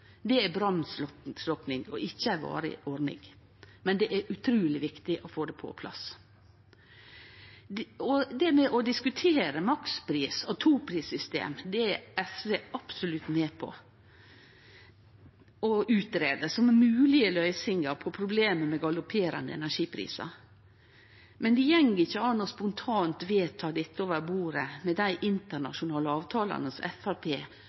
Det er brannslukking og ikkje ei varig ordning, men det er utruleg viktig å få det på plass. Det å diskutere makspris og toprissystem er SV absolutt med på, å greie ut det som moglege løysingar på problemet med galopperande energiprisar, men det går ikkje an å spontant vedta dette over bordet med dei internasjonale avtalane